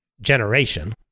generation